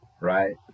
Right